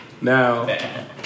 Now